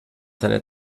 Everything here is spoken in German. seine